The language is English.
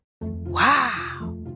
Wow